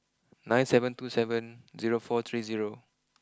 nine seven two seven zero four three zero